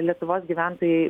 lietuvos gyventojai